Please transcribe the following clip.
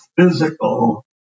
physical